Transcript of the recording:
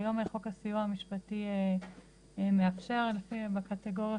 כיום חוק הסיוע המשפטי מאפשר בקטגוריות